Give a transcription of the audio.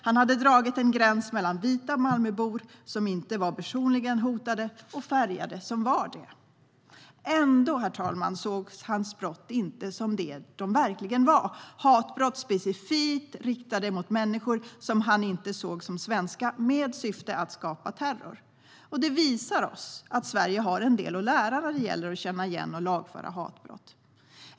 Han hade dragit en gräns mellan vita Malmöbor, som inte var personligen hotade, och färgade som var det. Ändå, herr talman, sågs hans brott inte som det de verkligen var: hatbrott specifikt riktade mot människor som han inte såg som svenska, i syfte att skapa terror. Detta visar oss att Sverige har en del att lära när det gäller att känna igen och lagföra hatbrott.